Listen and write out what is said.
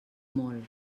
molt